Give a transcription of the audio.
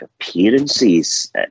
appearances